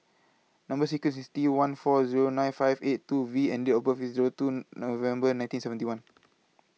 Number sequence IS T one four Zero nine five eight two V and Date of birth IS Zero two November nineteen seventy one